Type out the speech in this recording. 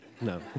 No